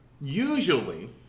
Usually